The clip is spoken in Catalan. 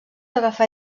agafar